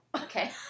Okay